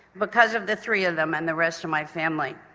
because of the three of them and the rest of my family.